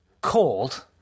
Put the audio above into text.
called